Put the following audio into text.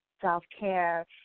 self-care